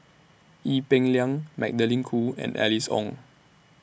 Ee Peng Liang Magdalene Khoo and Alice Ong